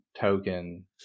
token